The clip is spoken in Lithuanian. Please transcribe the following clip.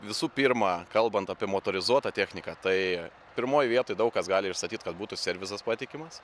visų pirma kalbant apie motorizuotą techniką tai pirmoj vietoj daug kas gali išstatyt kad būtų servizas patikimas